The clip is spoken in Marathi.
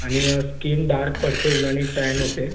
आणि स्कीन डार्क पडते ऊन्हाने टॅन होते